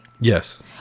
Yes